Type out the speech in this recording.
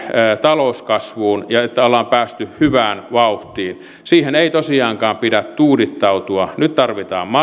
talouskasvuun ja että ollaan päästy hyvään vauhtiin siihen ei tosiaankaan pidä tuudittautua nyt tarvitaan